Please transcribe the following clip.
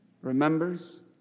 remembers